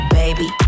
baby